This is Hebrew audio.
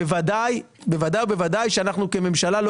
בוודאי ובוודאי שאנחנו כממשלה לא